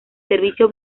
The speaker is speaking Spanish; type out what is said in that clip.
servicio